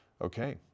okay